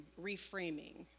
reframing